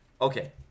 Okay